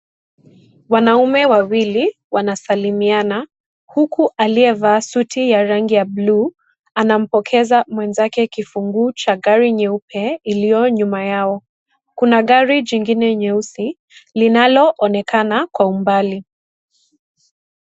Wanaume wawili wanasalimiana huku aliyevaa suti ya rangi ya bluu anampokeza mwenzake kufunguu cha gari nyeupe iliyo nyuma Yao. Kuna gari jingije nyeusi linaonekana kwa umbali.